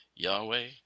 Yahweh